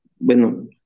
bueno